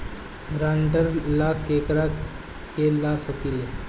ग्रांतर ला केकरा के ला सकी ले?